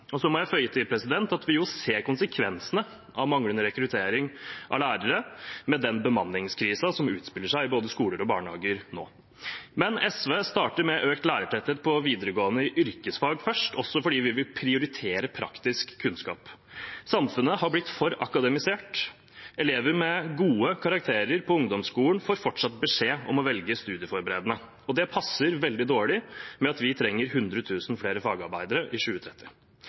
Så må jeg føye til at vi jo ser konsekvensene av manglende rekruttering av lærere med den bemanningskrisen som utspiller seg i både skoler og barnehager nå. Men SV starter med økt lærertetthet på videregående skole innen yrkesfag først, også fordi vi vil prioritere praktisk kunnskap. Samfunnet har blitt for akademisert. Elever med gode karakterer på ungdomsskolen får fortsatt beskjed om å velge studieforberedende. Det passer veldig dårlig med at vi trenger 100 000 flere fagarbeidere i 2030.